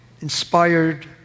inspired